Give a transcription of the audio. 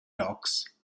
docs